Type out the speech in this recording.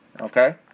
Okay